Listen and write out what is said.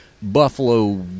buffalo